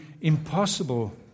impossible